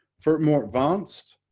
for more advanced,